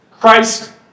Christ